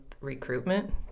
recruitment